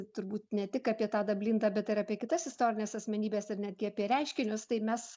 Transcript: turbūt ne tik apie tadą blindą bet ir apie kitas istorines asmenybes ir netgi apie reiškinius tai mes